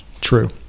true